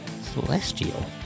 Celestial